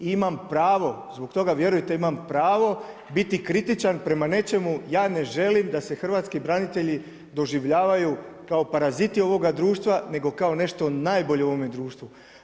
I imam pravo, zbog toga, vjerujte imam pravo biti kritičan prema nečemu, ja ne želim da se hrvatski branitelji doživljavaju kao paraziti ovoga društva, nego kao nešto najbolje u ovome društvu.